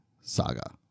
saga